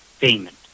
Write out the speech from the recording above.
payment